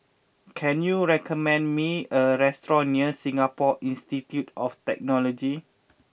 can you recommend me a restaurant near Singapore Institute of Technology